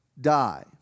die